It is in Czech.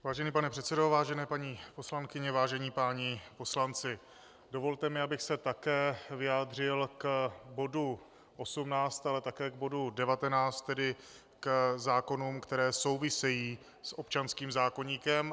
Vážený pane předsedo, vážené paní poslankyně, vážení páni poslanci, dovolte mi, abych se také vyjádřil k bodu 18, ale také k bodu 19, tedy k zákonům, které souvisejí s občanským zákoníkem.